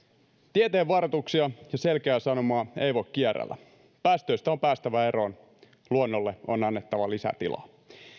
tieteen varoituksia ja selkeää sanomaa ei voi kierrellä päästöistä on päästävä eroon luonnolle on annettava lisää tilaa